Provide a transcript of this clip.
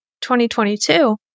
2022